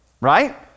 Right